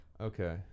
Okay